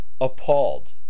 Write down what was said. appalled